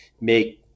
make